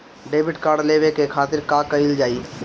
Debit card लेवे के खातिर का कइल जाइ?